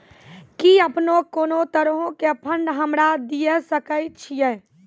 कि अपने कोनो तरहो के फंड हमरा दिये सकै छिये?